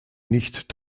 nicht